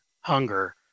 hunger